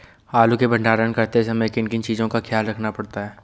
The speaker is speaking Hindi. आलू के भंडारण करते समय किन किन चीज़ों का ख्याल रखना पड़ता है?